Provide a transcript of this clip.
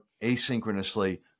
asynchronously